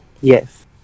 Yes